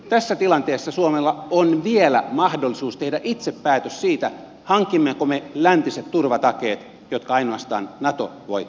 tässä tilanteessa suomella on vielä mahdollisuus tehdä itse päätös siitä hankimmeko me läntiset turvatakeet jotka ainoastaan nato voi meille antaa